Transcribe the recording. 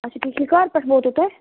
اچھا ٹھیٖک ٹھیٖک کَر پٮ۪ٹھ ووتو تۄہہِ